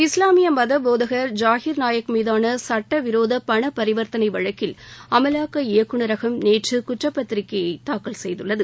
இஸ்லாமிய மத போதகர் ஜாஹிர் நாயக் மீதான சுட்டவிரோத பனபரிவர்த்தனை வழக்கில் அமலாக்க இயக்குநரகம் நேற்று குற்றப்பத்திரிக்கையை தாக்கல் செய்துள்ளது